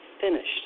finished